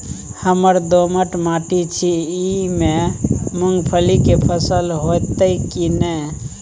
हमर दोमट माटी छी ई में मूंगफली के फसल होतय की नय?